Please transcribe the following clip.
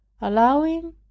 allowing